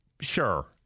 Sure